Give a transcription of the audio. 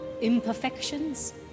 imperfections